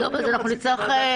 לא, אבל אנחנו נצטרך בסדר.